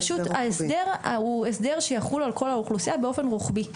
פשוט ההסדר הוא הסדר שיחול על כלל האוכלוסייה באופן רוחבי,